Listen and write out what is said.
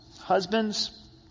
Husbands